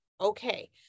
Okay